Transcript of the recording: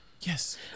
Yes